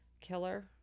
killer